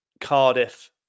Cardiff